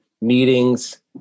meetings